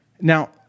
Now